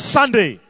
Sunday